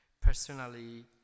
Personally